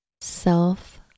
self